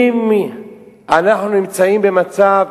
אם אנחנו נמצאים במצב